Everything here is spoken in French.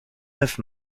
neuf